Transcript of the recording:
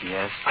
Yes